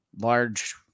large